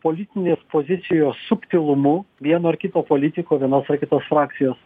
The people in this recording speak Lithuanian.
politinės pozicijos subtilumu vieno ar kito politiko vienos ar kitos frakcijos